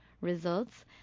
results